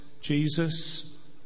Jesus